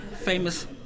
Famous